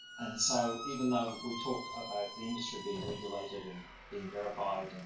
and so even though we talk about the industry being regulated, and being verified,